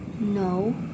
No